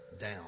down